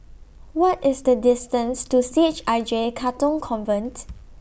What IS The distance to C H I J Katong Convent